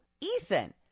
Ethan